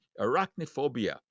arachnophobia